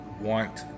want